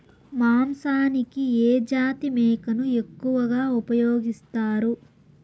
మాంసానికి ఏ జాతి మేకను ఎక్కువగా ఉపయోగిస్తారు?